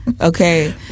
Okay